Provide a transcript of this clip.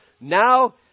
now